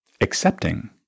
accepting